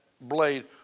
blade